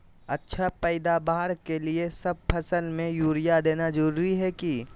अच्छा पैदावार के लिए सब फसल में यूरिया देना जरुरी है की?